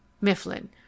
Mifflin